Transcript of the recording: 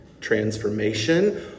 transformation